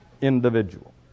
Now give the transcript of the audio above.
individual